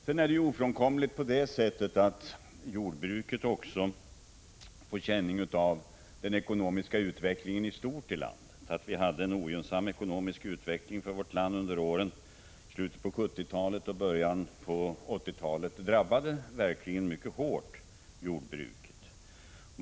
Det är ofrånkomligen så att också jordbruket får känning av den ekonomiska utvecklingen i stort i landet. Att vi hade en ogynnsam ekonomisk utveckling under åren i slutet av 1970-talet och början av 1980-talet drabbade verkligen jordbruket mycket hårt.